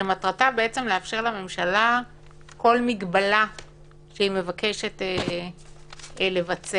שמטרתה לאפשר לממשלה כל מגבלה שהיא מבקשת לבצע.